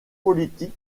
politique